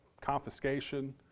confiscation